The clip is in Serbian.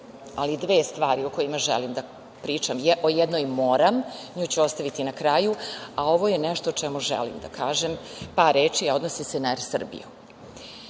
ali dve stvari o kojima želim da pričam. O jednoj moram, nju ću ostaviti na kraju, a ovo je nešto o čemu želim da kažem par reči, a odnosi se na „Er